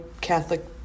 Catholic